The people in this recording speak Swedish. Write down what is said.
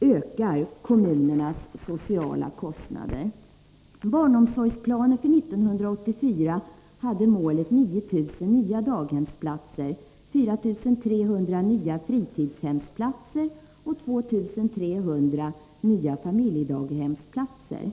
ökar kommunernas sociala kostnader. Barnomsorgsplanen för 1984 hade målet 9 000 nya daghemsplatser, 4 300 nya fritidshemsplatser och 2 300 nya familjedaghemsplatser.